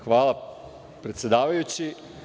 Hvala predsedavajući.